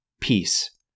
peace